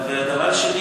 דבר שני,